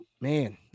man